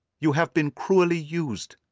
you have been cruelly used,